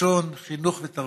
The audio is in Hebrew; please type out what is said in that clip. לשון, חינוך ותרבות".